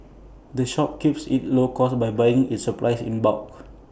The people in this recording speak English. the shop keeps its costs low by buying its supplies in bulk